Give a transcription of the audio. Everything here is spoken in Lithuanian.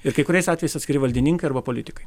ir kai kuriais atvejais atskiri valdininkai arba politikai